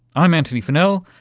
i'm antony funnell,